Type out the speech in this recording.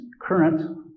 current